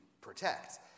protect